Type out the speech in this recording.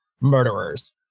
murderers